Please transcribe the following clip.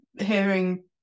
hearing